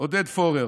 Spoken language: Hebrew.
עודד פורר,